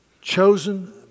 chosen